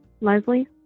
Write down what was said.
Leslie